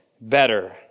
better